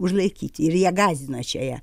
užlaikyti ir ją gąsdino čia jie